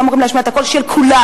שאמורות להשמיע את הקול של כולם.